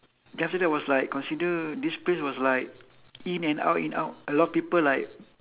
then after that was like consider this place was like in and out in out a lot of people like